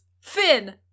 Finn